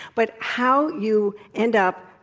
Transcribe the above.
but how you end up,